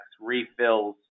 refills